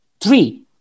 Three